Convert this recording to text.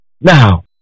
now